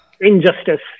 Injustice